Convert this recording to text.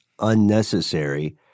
unnecessary